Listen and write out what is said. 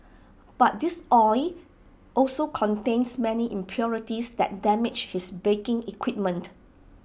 but this oil also contains many impurities that damage his baking equipment